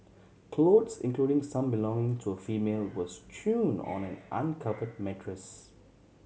clothes including some belonging to a female were strewn on an uncovered mattress